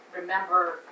Remember